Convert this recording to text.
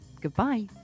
goodbye